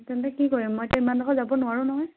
তেন্তে কি কৰিম মই ইমানডোখৰ যাব নোৱাৰোঁ নহয়